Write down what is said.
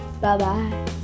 Bye-bye